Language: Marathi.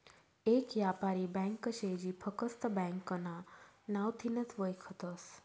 येक यापारी ब्यांक शे जी फकस्त ब्यांकना नावथीनच वयखतस